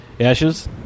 Ashes